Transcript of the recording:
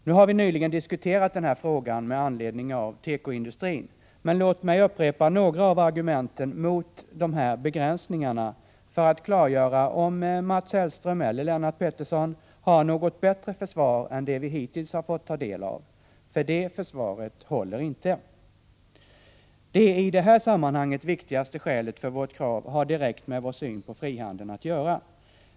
Vi har nyligen diskuterat den frågan i samband med debatten om tekoindustrin, men låt mig upprepa några av argumenten mot begränsningarna för att klargöra om Mats Hellström eller Lennart Pettersson har något bättre försvar än det vi hittills har fått ta del av. Det försvaret håller nämligen inte. Det i detta sammanhang viktigaste skälet för vårt krav har direkt med vår syn på frihandeln att göra.